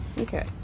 Okay